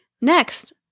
Next